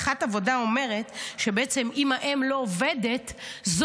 הנחת העבודה אומרת שבעצם אם האם לא עובדת זה